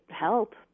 help